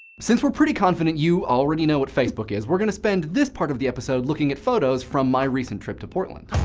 since we're pretty confident you already know what facebook is, we're going to spend this part of the episode looking at photos from my recent trip to portland.